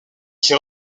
qui